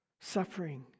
suffering